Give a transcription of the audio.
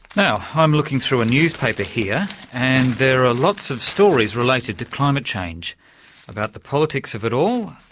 now, i'm looking through a newspaper here, and there are lots of stories related to climate change about the politics of it all,